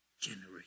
generation